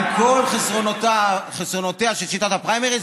על כל חסרונותיה של שיטת הפריימריז,